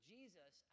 Jesus